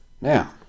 Now